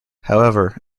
however